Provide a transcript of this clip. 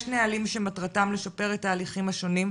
יש נהלים שמטרתם לשפר את ההליכים השונים,